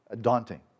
daunting